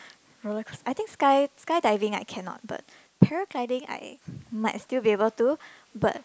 roller coast~ I think sky skydiving right cannot but paragliding I might still be able to but